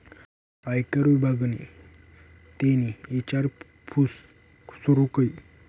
आयकर विभागनि तेनी ईचारपूस सूरू कई